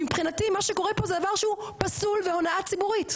כי מבחינתי מה שקורה פה זה דבר שהוא פסול והונאה ציבורית,